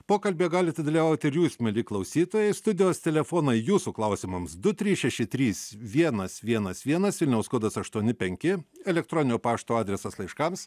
pokalbyje galite dalyvauti ir jūs mieli klausytojai studijos telefonai jūsų klausimams du trys šeši trys vienas vienas vienas vilniaus kodas aštuoni penki elektroninio pašto adresas laiškams